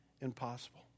impossible